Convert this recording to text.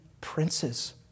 princes